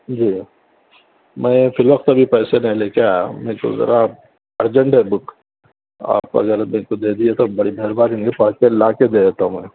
جی میم میں فی الوقت ابھی پیسے نہیں لے کے آیا میں تو ذرا ارجینٹ ہے بک آپ اگر میرے کو دے دیجئے تو بڑی مہربانی ہوگی پڑھ کے لا کے دے دیتا ہوں میں